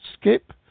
skip